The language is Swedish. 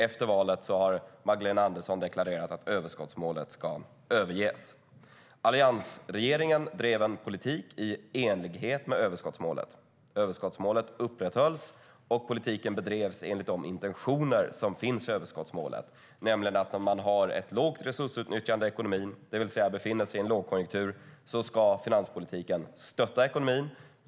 Efter valet har Magdalena Andersson deklarerat att överskottsmålet ska överges. Alliansregeringen drev en politik i enlighet med överskottsmålet. Överskottsmålet upprätthölls, och politiken bedrevs enligt de intentioner som finns i överskottsmålet. När man har ett lågt resursutnyttjande i ekonomin, det vill säga befinner sig i en lågkonjunktur, ska finanspolitiken stötta ekonomin.